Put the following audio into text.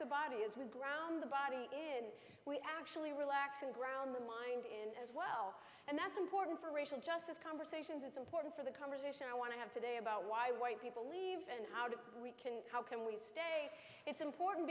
the body as we brown the body in we actually relax and ground the mind in as well and that's important for racial justice conversations it's important for the conversation i want to have today about why white people leave and how do we can how can we stay it's important